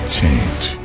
change